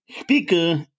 speaker